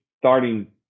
starting